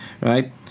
right